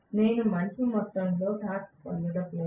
నేను మంచి మొత్తంలో టార్క్ పొందడం లేదు